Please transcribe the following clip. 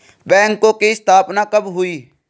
बैंकों की स्थापना कब हुई?